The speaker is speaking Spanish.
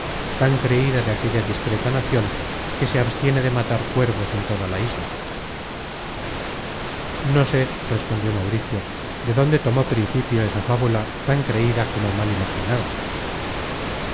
tan creida de aquella discreta nacion que se abstiene de matar cuervos en toda la isla content from google book search generated at no sé respondió mauricio de dónde tomó principio esa fábula tan creida como mal imaginada